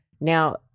Now